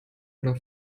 oder